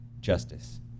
justice